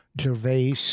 Gervais